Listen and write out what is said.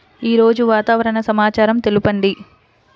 ఈరోజు వాతావరణ సమాచారం తెలుపండి